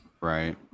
Right